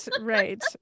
Right